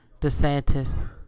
DeSantis